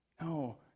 No